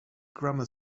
grammar